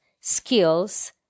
skills